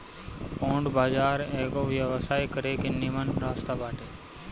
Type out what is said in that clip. bond बाजार एगो व्यवसाय करे के निमन रास्ता बाटे